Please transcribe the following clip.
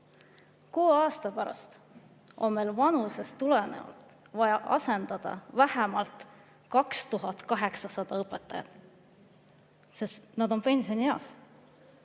Kuue aasta pärast on vanusest tulenevalt vaja asendada vähemalt 2800 õpetajat, sest nad on pensionieas.